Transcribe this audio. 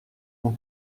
mon